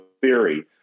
theory